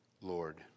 Lord